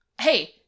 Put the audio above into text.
hey